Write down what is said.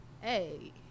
hey